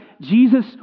Jesus